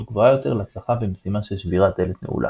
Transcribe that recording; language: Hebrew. גבוהה יותר להצלחה במשימה של שבירת דלת נעולה.